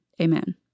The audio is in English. amen